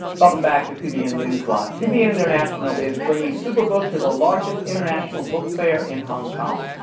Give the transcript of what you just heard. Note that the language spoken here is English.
welcome back to cbn newswatch. cbn international is bringing superbook to the largest international book fair in hong kong.